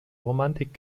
romantik